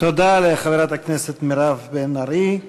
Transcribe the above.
תודה לחברת הכנסת מירב בן ארי.